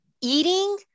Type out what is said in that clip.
eating